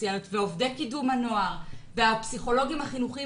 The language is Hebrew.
הסוציאליות ועובדי קידום הנוער והפסיכולוגים החינוכיים,